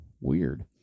weird